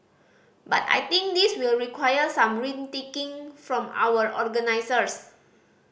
but I think this will require some rethinking from our organisers